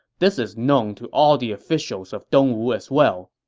this is known to all the officials of dong wu as well.